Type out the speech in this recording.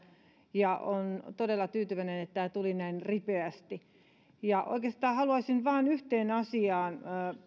ja olen todella tyytyväinen että tämä tuli näin ripeästi oikeastaan haluaisin nyt vain yhteen asiaan